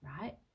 right